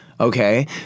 Okay